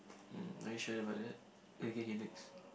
mm are you sure about that okay K next